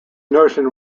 notion